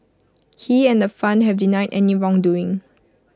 he and the fund have denied any wrongdoing